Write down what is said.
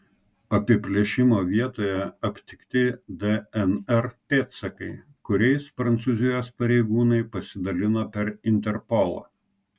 apiplėšimo vietoje aptikti dnr pėdsakai kuriais prancūzijos pareigūnai pasidalino per interpolą